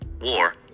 war